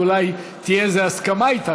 אולי תהיה איזו הסכמה אתך,